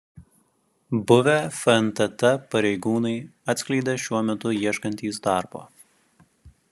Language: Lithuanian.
buvę fntt pareigūnai atskleidė šiuo metu ieškantys darbo